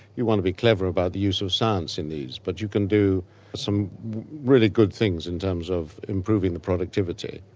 you want to be clever about the use of science in these, but you can do some really good things in terms of improving the productivity.